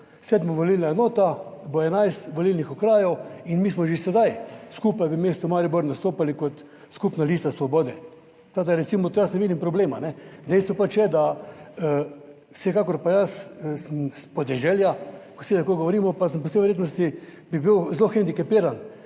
sedma volilna enota, bo 11 volilnih okrajev in mi smo že sedaj skupaj v mestu Maribor nastopali kot skupna lista Svobode. Tako da recimo jaz ne vidim problema. Dejstvo pač je, da vsekakor, pa jaz sem s podeželja, v vsi govorimo, pa sem po vsej verjetnosti, bi bil zelo hendikepiran,